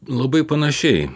labai panašiai